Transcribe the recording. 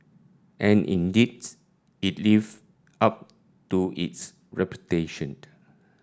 and indeed its live up to its reputation